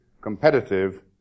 competitive